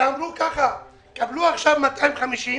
ואמרו: קבלו עכשיו 250,